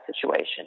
situation